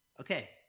Okay